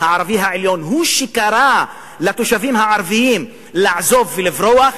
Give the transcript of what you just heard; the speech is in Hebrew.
הערבי העליון הוא שקרא לתושבים הערבים לעזוב ולברוח,